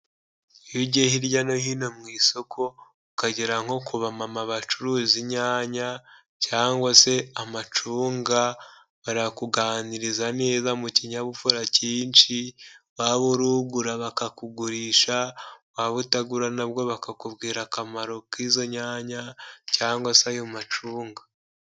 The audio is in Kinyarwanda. Iyo ugiye hirya no hino mu isoko, ukagera nko ku bamama bacuruza inyanya, cyangwa se amacunga, barakuganiriza neza mu kinyabupfura cyinshi, waba uri ugura bakakugurisha, waba utagura na bwo bakakubwira akamaro k'izo nyanya, cyangwa se ayo macunga.